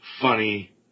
funny